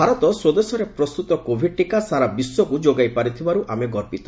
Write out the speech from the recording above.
ଭାରତ ସ୍ୱଦେଶରେ ପ୍ରସ୍ତୁତ କୋଭିଡ ଟିକା ସାରା ବିଶ୍ୱକୁ ଯୋଗାଇ ପାରିଥିବାରୁ ଆମେ ଗର୍ବିତ